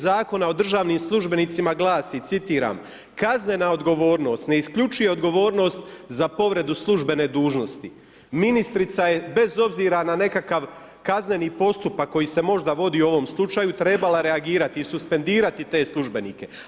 Zakona o državnim službenicima glasi, citiram „Kaznena odgovornost, ne isključuje odgovornost za povrede službene dužnosti.“ Ministrica je bez obzira na nekakav kazneni postupak koji se možda vodi u ovom slučaju trebala reagirati i suspendirati te službenike.